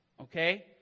Okay